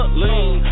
lean